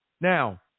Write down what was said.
Now